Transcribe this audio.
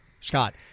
Scott